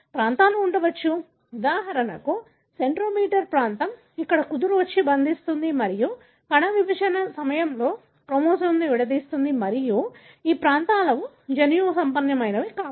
ప్రాంతాలు ఉండవచ్చు ఉదాహరణకు సెంట్రోమీర్ ప్రాంతం ఇక్కడ కుదురు వచ్చి బంధిస్తుంది మరియు కణ విభజన సమయంలో క్రోమోజోమ్ని విడదీస్తుంది మరియు ఈ ప్రాంతాలు జన్యుసంపన్నమైనవి కావు